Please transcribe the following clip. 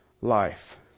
life